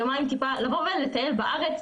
יומיים טיפה לבוא ולטייל בארץ,